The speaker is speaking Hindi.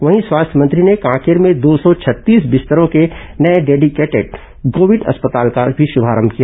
वहीं स्वास्थ्य मंत्री ने कांकेर में दो सौ छत्तीस बिस्तरों के नये डेडिकेटेड कोविड अस्पताल का भी शुभारंभ किया